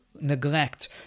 neglect